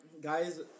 Guys